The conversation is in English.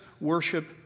worship